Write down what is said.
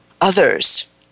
others